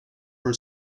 her